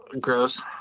Gross